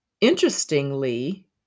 interestingly